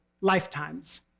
lifetimes